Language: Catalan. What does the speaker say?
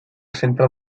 centre